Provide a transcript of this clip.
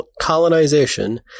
colonization